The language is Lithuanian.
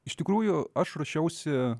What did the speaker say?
iš tikrųjų aš ruošiausi